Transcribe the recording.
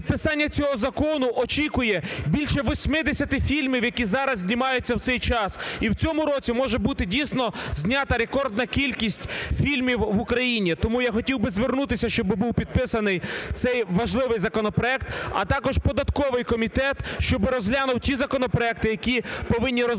Підписання цього закону очікує більше 80 фільмів, які зараз знімаються в цей час. І в цьому році можу бути, дійсно, знята рекордна кількість фільмів в Україні. Тому я хотів би звернутися, щоб був підписаний цей важливий законопроект, а також податковий комітет, щоб розглянув ті законопроекти, які повинні розблокувати